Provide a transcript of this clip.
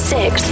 Six